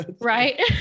Right